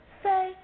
say